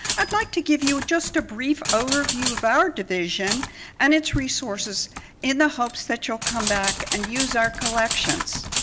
i'd like to give you just a brief overview of our division and its resources in the hopes that you'll come back and use our collections.